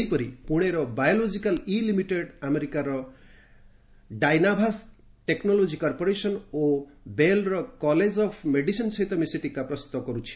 ସେହିପରି ପୁଣେର biological E limited ଆମେରିକାର ଡାଇନାଭାକ୍୍ ଟେକ୍ନୋଲୋଜି କର୍ପୋରେସନ୍ ଓ ବେଲ୍ର କଲେଜ୍ ଅଫ୍ ମେଡିସିନ୍ ସହିତ ମିଶି ଟିକା ପ୍ରସ୍ତୁତ କରୁଛି